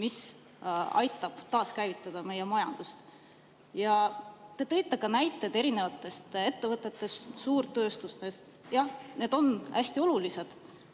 mis aitab taaskäivitada meie majandust. Ja te tõite ka näiteid ettevõtetest, suurtööstustest. Jah, need on hästi olulised.